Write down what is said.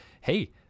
hey